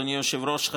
אדוני היושב-ראש,